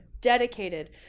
dedicated